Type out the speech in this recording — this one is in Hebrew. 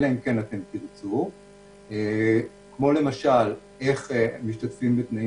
אלא אם כן אתם תרצו כמו איך משתתפים בתנאים